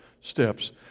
steps